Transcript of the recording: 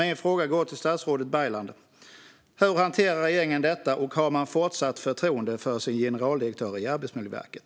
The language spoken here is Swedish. Min fråga går till statsrådet Baylan: Hur hanterar regeringen detta, och har man fortsatt förtroende för sin generaldirektör i Arbetsmiljöverket?